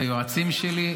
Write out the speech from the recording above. היועצים שלי,